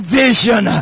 vision